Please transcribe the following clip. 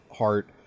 heart